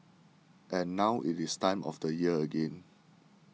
and now it is time of the year again